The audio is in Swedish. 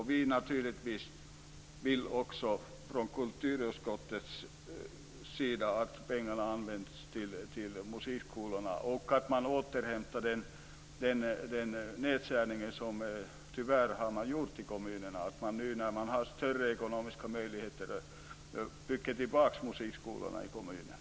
Vi vill naturligtvis från kulturutskottets sida att pengarna används till musikskolorna och att man återhämtar den nedskärning som man tyvärr gjort i kommunerna nu när man har större ekonomiska möjligheter och återinför musikskolorna i kommunerna.